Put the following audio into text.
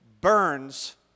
burns